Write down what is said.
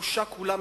כבושה כולה,